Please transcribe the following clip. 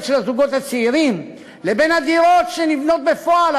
של הזוגות הצעירים לבין הדירות שנבנות בפועל,